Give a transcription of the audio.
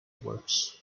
works